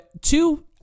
two